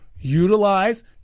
utilize